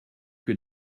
que